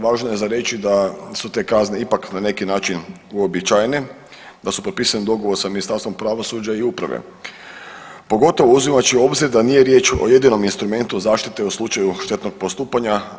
Važno je za reći da su te kazne ipak na neki način uobičajene, da su potpisali dogovor sa Ministarstvom pravosuđa i uprave, pogotovo uzimajući u obzir da nije riječ o jedinom instrumentu zaštite u slučaju štetnog postupanja.